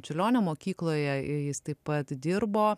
čiurlionio mokykloje jis taip pat dirbo